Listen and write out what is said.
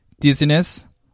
dizziness